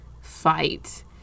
fight